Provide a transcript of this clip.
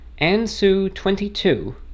Ansu22